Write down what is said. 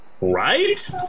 Right